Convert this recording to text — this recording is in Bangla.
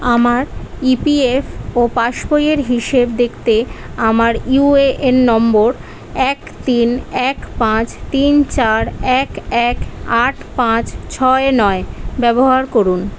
আমার ইপিএফও পাস বইয়ের হিসেব দেখতে আমার ইউএএন নম্বর এক তিন এক পাঁচ তিন চার এক এক আট পাঁচ ছয় নয় ব্যবহার করুন